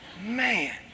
Man